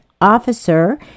Officer